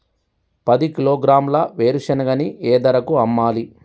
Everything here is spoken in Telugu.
పది కిలోగ్రాముల వేరుశనగని ఏ ధరకు అమ్మాలి?